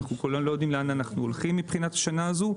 כולנו לא יודעים לאן אנחנו הולכים מבחינת השנה הזו,